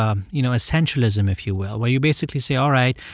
um you know, essentialism, if you will, where you basically say all right,